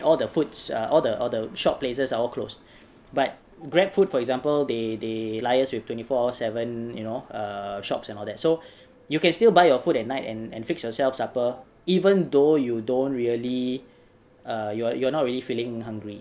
all the foods uh all the all the shop places all close but GrabFood for example they they liaise with twenty four seven you know err shops and all that so you can still buy your food at night and and fix yourself supper even though you don't really uh you're you're not really feeling hungry